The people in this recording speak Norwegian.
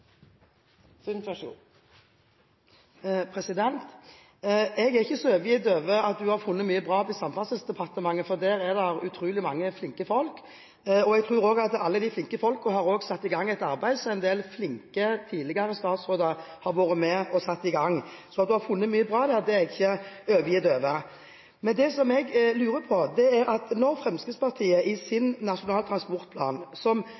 ikke så overrasket over at statsråden har funnet mye bra i Samferdselsdepartementet, for der er det utrolig mange flinke folk. Jeg tror også at alle de flinke folkene har satt i gang et arbeid som en del flinke tidligere statsråder har vært med på å sette i gang. Så at statsråden har funnet mye bra der, er jeg ikke overrasket over. Fremskrittspartiet foreslo i sitt forslag til Nasjonal transportplan 455 mrd. kr mer enn de rød-grønnes rekordsatsing – jeg skulle ønske jeg hadde hatt så mye penger, men det hadde jeg